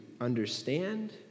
understand